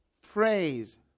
phrase